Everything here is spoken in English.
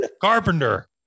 Carpenter